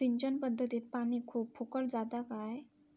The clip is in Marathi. सिंचन पध्दतीत पानी खूप फुकट जाता काय?